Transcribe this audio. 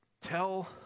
tell